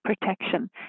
protection